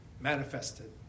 manifested